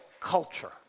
Culture